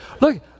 Look